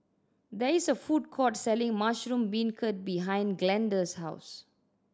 there is a food court selling mushroom beancurd behind Glenda's house